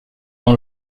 dans